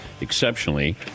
exceptionally